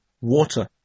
water